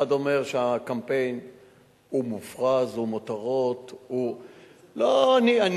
אחד אומר שהקמפיין הוא מופרז, הוא מותרות, לא, אני